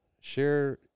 Share